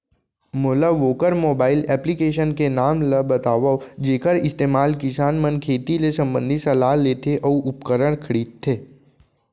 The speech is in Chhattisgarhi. मोला वोकर मोबाईल एप्लीकेशन के नाम ल बतावव जेखर इस्तेमाल किसान मन खेती ले संबंधित सलाह लेथे अऊ उपकरण खरीदथे?